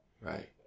right